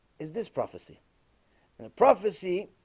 is this prophecy and a prophecy